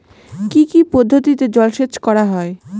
কি কি পদ্ধতিতে জলসেচ করা হয়?